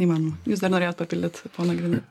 įmanoma jūs dar norėjot papildyt pone grina